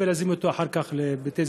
ויזרימו אותו אחר כך לבתי-הזיקוק.